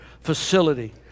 facility